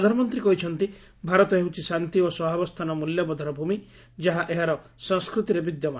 ପ୍ରଧାନମନ୍ତ୍ରୀ କହିଛନ୍ତି ଭାରତ ହେଉଛି ଶାନ୍ତି ଓ ସହାବସ୍ଥାନ ମୂଲ୍ୟବୋଧର ଭୂମି ଯାହା ଏହାରେ ସଂସ୍କୃତିରେ ବିଦ୍ୟମାନ